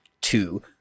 two